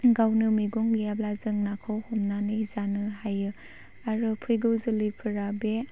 गावनो मैगं गैयाब्ला जों नाखौ हमनानै जानो हायो आरो फैगौ जोलैफोरा बे